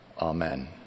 amen